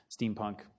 steampunk